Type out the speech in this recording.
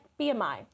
BMI